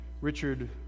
Richard